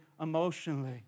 emotionally